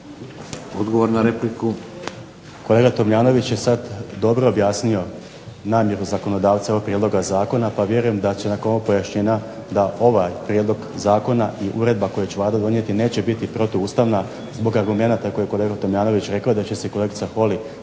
Josip (HDZ)** Kolega Tomljanoviće je sada dobro objasnio namjeru zakonodavca ovog prijedloga zakona pa vjerujem da će nakon ovog pojašnjenja i uredba koju će Vlada donijeti neće biti protuustavna zbog argumenta koje je rekao gospodin Tomljanović da će se kolegica Holy